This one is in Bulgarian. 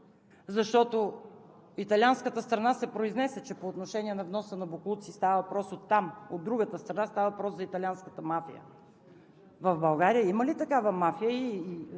Защото италианската страна се произнесе, че по отношение на вноса на боклуци – става въпрос от там, от другата страна, става въпрос за италианската мафия. В България има ли такава мафия?